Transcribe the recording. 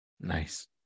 Nice